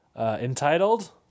entitled